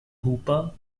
hooper